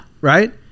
Right